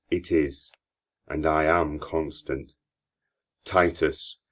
it is and i am constant titus